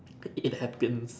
it it happens